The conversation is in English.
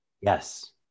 Yes